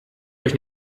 euch